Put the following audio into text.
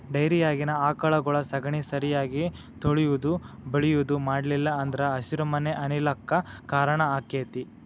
ಡೈರಿಯಾಗಿನ ಆಕಳಗೊಳ ಸಗಣಿ ಸರಿಯಾಗಿ ತೊಳಿಯುದು ಬಳಿಯುದು ಮಾಡ್ಲಿಲ್ಲ ಅಂದ್ರ ಹಸಿರುಮನೆ ಅನಿಲ ಕ್ಕ್ ಕಾರಣ ಆಕ್ಕೆತಿ